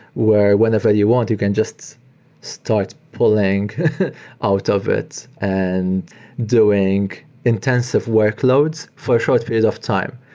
where whenever you want, you can just start pulling out of it and doing intensive workloads for a short period of time,